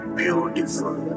beautiful